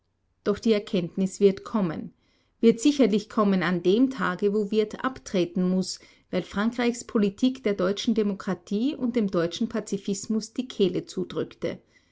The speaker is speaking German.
doch die erkenntnis wird kommen wird sicherlich kommen an dem tage wo wirth abtreten muß weil frankreichs politik der deutschen demokratie und dem deutschen pazifismus die kehle zudrückte